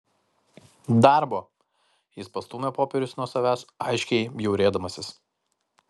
darbo jis pastūmė popierius nuo savęs aiškiai bjaurėdamasis